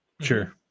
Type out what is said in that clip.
sure